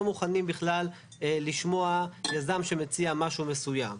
מוכנים בכלל לשמוע יזם שמציע משהו מסוים.